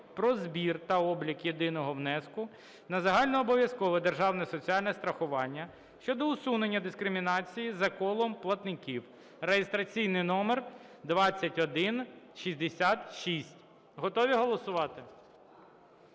"Про збір та облік єдиного внеску на загальнообов’язкове державне соціальне страхування" (щодо усунення дискримінації за колом платників) (реєстраційний номер 2166). Готові голосувати?